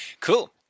Cool